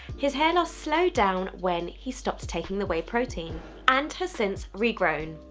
his hair loss slowed down when he stopped taking the whey protein and has since regrown.